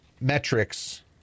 metrics